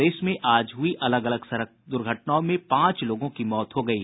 प्रदेश में आज हुये अलग अलग सड़क हादसों में पांच लोगों की मौत हो गयी